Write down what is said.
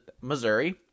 Missouri